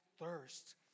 thirst